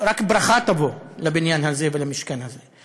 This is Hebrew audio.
רק ברכה תבוא לבניין הזה ולמשכן הזה.